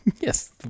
Yes